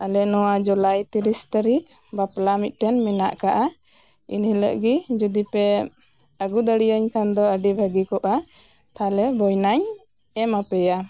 ᱟᱞᱮ ᱱᱚᱣᱟ ᱡᱩᱞᱟᱭ ᱛᱤᱨᱤᱥ ᱛᱟᱹᱨᱤᱠᱷ ᱵᱟᱯᱞᱟ ᱢᱤᱫᱴᱮᱱ ᱢᱮᱱᱟᱜ ᱟᱠᱟᱫᱟ ᱮᱱᱦᱤᱞᱟᱹᱜ ᱜᱤ ᱡᱚᱫᱤᱯᱮ ᱟᱹᱜᱩ ᱫᱟᱲᱤᱭᱟᱹᱧ ᱠᱷᱟᱱ ᱫᱚ ᱟᱹᱰᱤᱜᱤ ᱵᱷᱟᱜᱤ ᱠᱚᱜᱼᱟ ᱛᱟᱦᱚᱞᱮ ᱵᱚᱭᱱᱟᱧ ᱮᱢᱟ ᱯᱮᱭᱟ